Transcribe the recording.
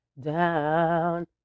down